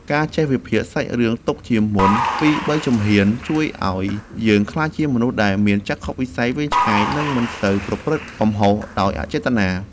ការចេះវិភាគសាច់រឿងទុកជាមុនពីរបីជំហានជួយឱ្យយើងក្លាយជាមនុស្សដែលមានចក្ខុវិស័យវែងឆ្ងាយនិងមិនសូវប្រព្រឹត្តកំហុសដោយអចេតនា។